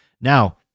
Now